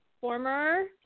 former